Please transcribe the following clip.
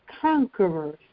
conquerors